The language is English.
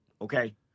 okay